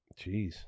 Jeez